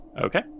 Okay